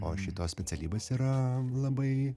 o šitos specialybės yra labai